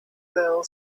girl